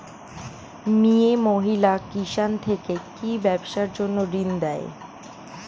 মিয়ে মহিলা কিষান থেকে কি ব্যবসার জন্য ঋন দেয়?